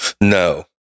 no